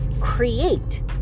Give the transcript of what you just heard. create